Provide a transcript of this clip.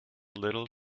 little